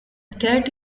cat